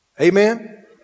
Amen